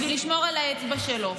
בשביל לשמור על האצבע שלו?